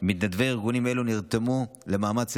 מתנדבי ארגונים אלו נרתמו למאמץ הלאומי.